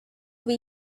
way